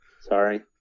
Sorry